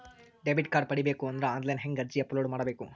Debit card ಪಡಿಬೇಕು ಅಂದ್ರ online ಹೆಂಗ್ ಅರ್ಜಿ ಅಪಲೊಡ ಮಾಡಬೇಕು?